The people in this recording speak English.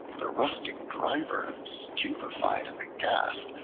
the rustic driver, stupefied and aghast,